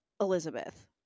elizabeth